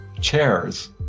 chairs